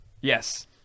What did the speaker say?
yes